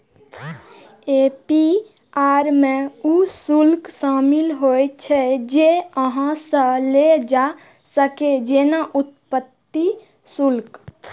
APR मे ऊ शुल्क शामिल होइ छै, जे अहां सं लेल जा सकैए, जेना उत्पत्ति शुल्क